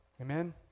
Amen